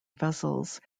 vessels